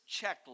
checklist